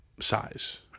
size